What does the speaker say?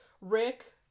Rick